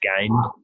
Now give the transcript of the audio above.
gained